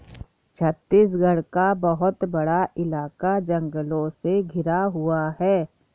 छत्तीसगढ़ का बहुत बड़ा इलाका जंगलों से घिरा हुआ है